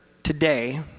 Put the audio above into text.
today